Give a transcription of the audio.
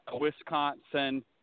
Wisconsin